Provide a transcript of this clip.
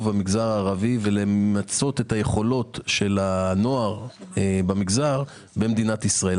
המגזר הערבי ולמצות את היכולות של הנוער במגזר במדינת ישראל.